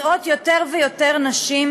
יותר ויותר נשים